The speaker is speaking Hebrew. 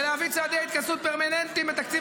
ולהביא צעדי התכנסות פרמננטיים בתקציב